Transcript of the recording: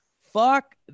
Fuck